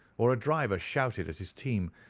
or a driver shouted at his team,